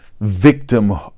victim